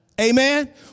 Amen